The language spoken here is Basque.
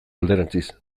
alderantziz